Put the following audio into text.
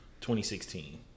2016